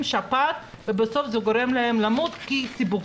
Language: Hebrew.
שפעת ובסוף זה גורם להם למות מסיבוכים.